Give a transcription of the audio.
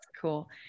cool